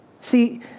See